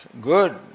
good